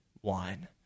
one